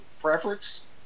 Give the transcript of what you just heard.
preference